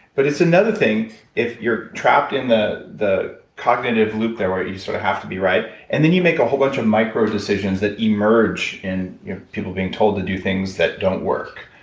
but it's another thing if you're trapped in the cognitive cognitive loop there, where you sort of have to be right. and then you make a whole bunch of micro decisions that emerge in people being told to do things that don't work.